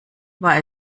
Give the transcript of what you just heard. war